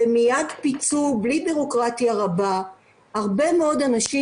ומיד פיצו בלי בירוקרטיה רבה הרבה מאוד אנשים